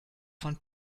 von